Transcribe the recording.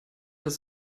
das